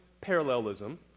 parallelism